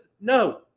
No